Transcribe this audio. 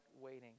waiting